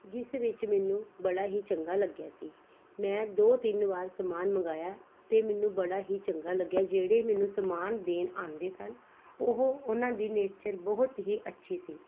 ਜਿਸ ਵਿੱਚ ਮੈਨੂੰ ਬੜਾ ਹੀ ਚੰਗਾ ਲੱਗਿਆ ਸੀ ਮੈਂ ਦੋ ਤਿੰਨ ਵਾਰ ਸਮਾਨ ਮੰਗਵਾਇਆ ਅਤੇ ਮੈਨੂੰ ਬੜਾ ਹੀ ਚੰਗਾ ਲੱਗਿਆ ਜਿਹੜੇ ਮੈਨੂੰ ਸਮਾਨ ਦੇਣ ਆਉਂਦੇ ਸਨ ਉਹ ਉਹਨਾਂ ਦੀ ਨੇਚਰ ਬਹੁਤ ਹੀ ਅੱਛੀ ਸੀ